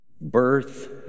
Birth